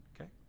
Okay